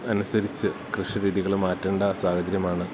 അനുസരിച്ച് കൃഷി രീതികള് മാറ്റേണ്ട സാഹചര്യമാണ്